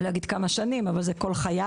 אני לא אגיד כמה שנים אבל זה כל חיי.